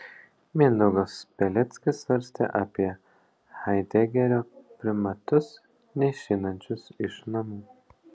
mindaugas peleckis svarstė apie haidegerio primatus neišeinančius iš namų